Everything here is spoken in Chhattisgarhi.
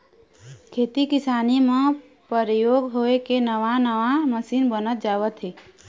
खेती किसानी म परयोग होय के नवा नवा मसीन बनत जावत हे